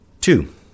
Two